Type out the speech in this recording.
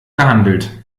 gehandelt